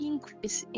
Increase